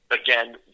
again